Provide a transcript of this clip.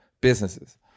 businesses